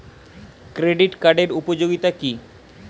Credit কার্ডের উপযোগিতা কি?